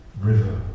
river